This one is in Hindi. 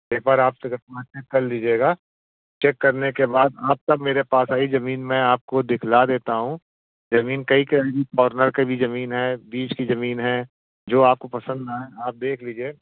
पेपर आप सिर्फ़ पाँच मिनट पढ़ लीजिएगा चेक करने के बाद आप तब मेरे पास आइए ज़मीन मैं आपको दिखला देता हूँ ज़मीन कई कॉर्नर की भी ज़मीन है बीच की ज़मीन है जो आपको पसंद आए आप देख लीजिए